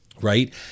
right